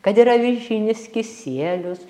kad ir avižinis kisielius